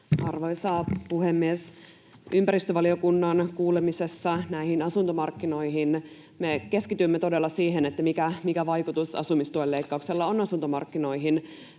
Arvoisa puhemies! Ympäristövaliokunnan kuulemisessa näistä asuntomarkkinoista me keskityimme todella siihen, mikä vaikutus asumistuen leikkauksella on asuntomarkkinoihin.